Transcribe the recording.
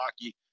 hockey